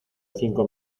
cinco